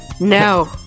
No